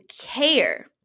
care